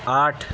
آٹھ